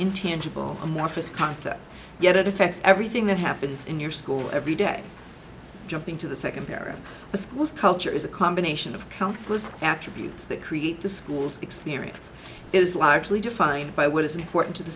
intangible amorphous concept yet it affects everything that happens in your school every day jumping to the secondary schools culture is a combination of countless attributes that create the school's experience is largely defined by what is important to the